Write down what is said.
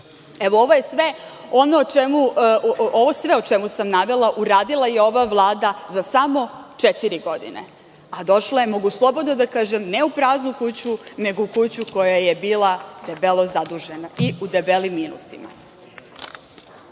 mesta. Sve ovo što sam navela uradila je ova Vlada za samo četiri godine, a došla je, mogu slobodno da kažem, ne u praznu kuću, nego u kuću koja je bila debelo zadužena i u debelim minusima. Ono